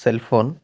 cell phone